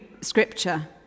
scripture